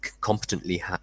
competently